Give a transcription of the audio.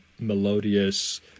melodious